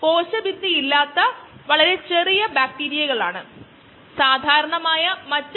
പരാമീറ്ററുകൾ ആയ mu t naught lag phase സമയം ആണ്